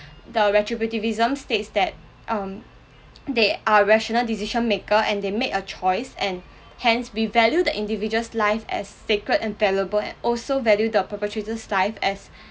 the retributivism states that um they are rational decision-maker and they make a choice and hence we value the individual's life as sacred invaluable and also value the perpetrator's life as